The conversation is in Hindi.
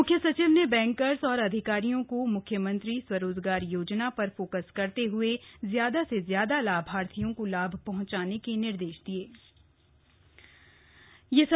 म्ख्य सचिव ने बैंकर्स और अधिकारियों को म्ख्यमंत्री स्वरोजगार योजना पर फोकस करते हुए ज्यादा से ज्यादा लाभार्थियों को लाभ पहंचाने के निर्देश दिये